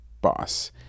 boss